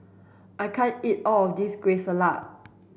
I can't eat all of this Kueh Salat